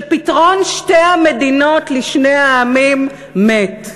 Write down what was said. שפתרון שתי המדינות לשני העמים מת.